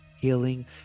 healing